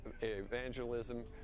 evangelism